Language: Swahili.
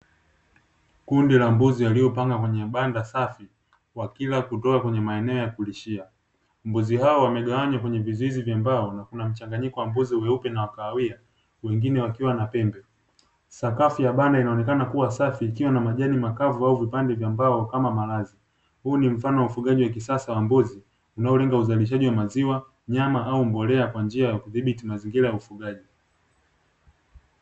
Kundi la mbuzi waliopangwa kwenye mabanda safi wakila kutoka kwenye maeneo ya kulishia. Mbuzi hao wamegawanywa kwenye vizuizi vya mbao na kuna mchanganyiko wa mbuzi weupe na wakahawia wengine wakiwa na pembe, sakafu ya bana inaonekana kuwa safi ikiwa na majani makavu au vipande vya mbao kama maradhi huu ni mfano wa ufugaji wa kisasa wa mbuzi unaolenga uzalishaji wa maziwa nyama au mbolea kwa njia ya kudhibiti mazingira ya ufugaji.